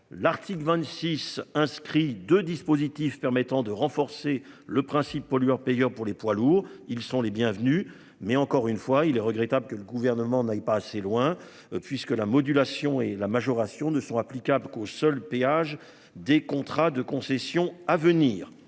l'article 26 inscrit de dispositifs permettant de renforcer le principe pollueur payeur pour les poids lourds, ils sont les bienvenus mais encore une fois il est regrettable que le gouvernement n'aille pas assez loin, puisque la modulation et la majoration ne sont applicables qu'aux seuls péages des contrats de concession à venir